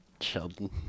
Sheldon